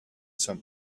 some